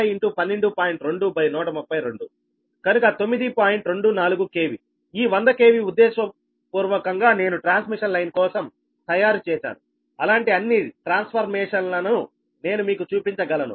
24 KVఈ 100 KV ఉద్దేశపూర్వకంగా నేను ట్రాన్స్మిషన్ లైన్ కోసం తయారు చేసాను అలాంటి అన్ని ట్రాన్స్ఫర్మేషన్లను నేను మీకు చూపించగలను